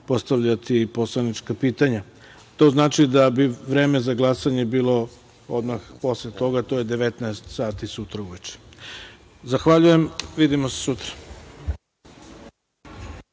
postavljati poslanička pitanja. To znači da bi vreme za glasanje bilo odmah posle toga, a to je 19.00 sati, sutra uveče. Zahvaljujem. Vidimo se sutra.